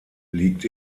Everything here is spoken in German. liegt